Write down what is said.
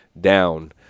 down